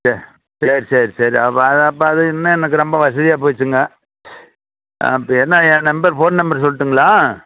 சரி சரி சரி அப்போ அது அப்போ அது இன்னும் எனக்கு ரொம்ப வசதியாக போச்சுங்க ஆ இப்போ என்ன என் நம்பர் ஃபோன் நம்பர் சொல்லட்டுங்களா